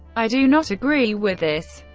i do not agree with this.